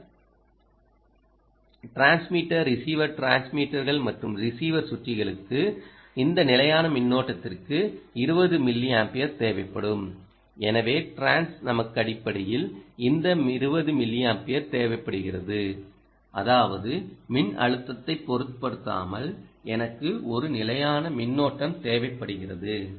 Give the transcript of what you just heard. பல transmitter receiver டிரான்ஸ்மிட்டர்கள் மற்றும் ரிசீவர் சுற்றுகளுக்கு இந்த நிலையான மின்னோட்டத்திற்கு 20 மில்லியம்பியர் தேவைப்படும் எனவே டிரான்ஸ் நமக்கு அடிப்படையில் இந்த 20 மில்லியம்பியர் தேவைப்படுகிறது அதாவது மின்னழுத்தத்தைப் பொருட்படுத்தாமல் எனக்கு ஒரு நிலையான மின்னோட்டம் தேவைப்படுகிறது